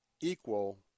equal